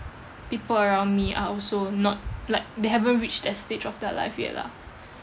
people around me are also not like they haven't reached that stage of their life yet lah